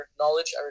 knowledge